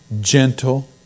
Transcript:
gentle